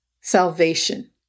salvation